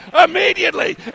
immediately